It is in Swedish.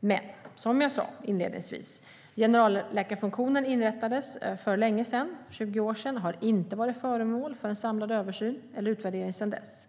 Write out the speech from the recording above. Men som jag sade inledningsvis: Generalläkarfunktionen inrättades för länge sedan, 20 år sedan, och har inte varit föremål för en samlad översyn eller utvärdering sedan dess.